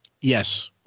Yes